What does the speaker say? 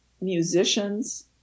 musicians